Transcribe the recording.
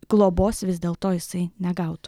globos vis dėlto jisai negautų